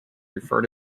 refer